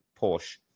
Porsche